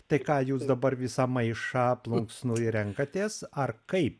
tai ką jūs dabar visą maišą plunksnų renkatės ar kaip